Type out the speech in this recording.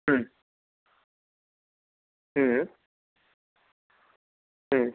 হুম হুম হুম